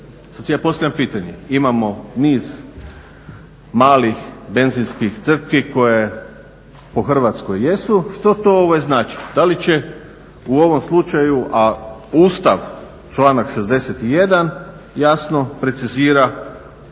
postavljam pitanje, imamo niz malih benzinskih crpki koje po Hrvatskoj jesu, što to znači? Da li će u ovom slučaju a Ustav članak 61. jasno precizira mogućnost